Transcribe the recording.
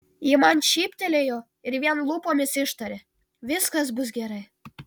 ji man šyptelėjo ir vien lūpomis ištarė viskas bus gerai